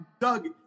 doug